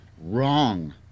wrong